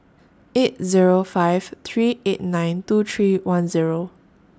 eight Zero five three eight nine two three one Zero